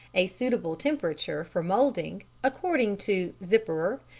a suitable temperature for moulding, according to zipperer,